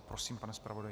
Prosím, pane zpravodaji.